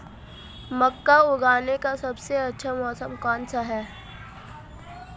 मक्का उगाने का सबसे अच्छा मौसम कौनसा है?